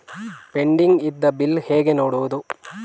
Pending ಇದ್ದ bill ಹೇಗೆ ನೋಡುವುದು?